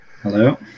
hello